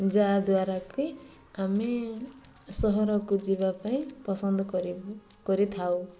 ଯାହାଦ୍ୱାରାକି ଆମେ ସହରକୁ ଯିବା ପାଇଁ ପସନ୍ଦ କରି କରିଥାଉ